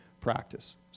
practice